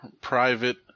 private